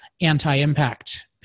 anti-impact